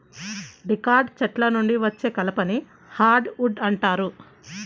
dicot చెట్ల నుండి వచ్చే కలపని హార్డ్ వుడ్ అంటారు